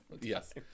Yes